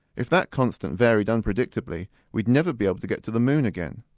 if that constant varied unpredictably we'd never be able to get to the moon again.